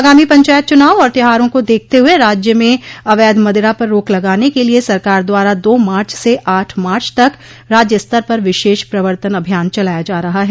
आगामी पंचायत चुनाव और त्यौहारों को देखते हुए राज्य में अवैध मदिरा पर रोक लगाने के लिए सरकार द्वारा दा मार्च से आठ मार्च तक राज्य स्तर पर विशेष प्रवतन अभियान चलाया जा रहा है